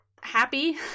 happy